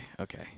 Okay